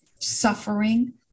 Suffering